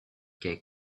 kai